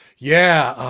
yeah.